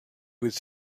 with